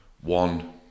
one